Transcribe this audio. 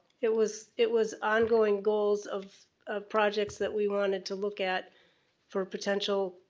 it was it was ongoing goals of of projects that we wanted to look at for potential